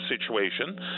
situation